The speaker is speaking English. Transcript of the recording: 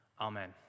amen